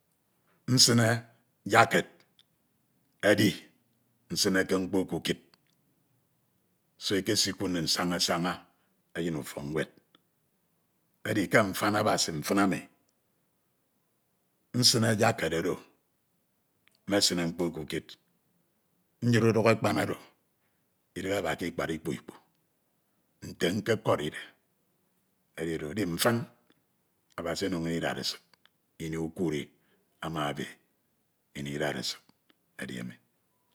Nsin yaked edi nsineke mkpo ke ukid so ekekuud nim saña saña eyin utọk nwed, edi ke mfan Abasi mfin emi, nsine Jaked oro mesine mkpo ke ukid nyiri urik ekpan oro idighe aba ke ikpad ikpu ikpu, nte nkekoride edi oro, edi mfin Abasi ono inn idaresid, ini ukudi ama ebe, ini idaresid edi emi.